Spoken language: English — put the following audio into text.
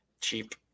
cheap